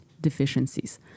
deficiencies